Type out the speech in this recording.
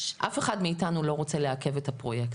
אף אחד מאיתנו לא רוצה לעכב את הפרויקט,